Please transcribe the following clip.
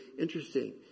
interesting